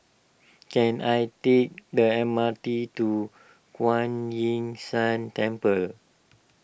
can I take the M R T to Kuan Yin San Temple